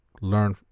learn